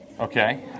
Okay